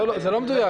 לא, זה לא מדויק.